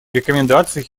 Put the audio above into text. рекомендаций